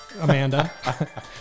Amanda